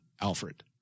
Alfred